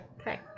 Okay